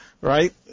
right